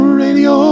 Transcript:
radio